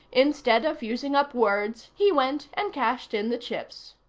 instead of using up words, he went and cashed in the chips.